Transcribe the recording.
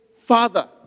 father